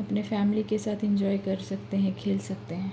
اپنے فیملی کے ساتھ انجوائے کر سکتے ہیں کھیل سکتے ہیں